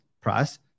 price